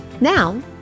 Now